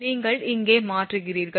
நீங்கள் இங்கே மாற்றுகிறீர்கள்